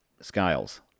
scales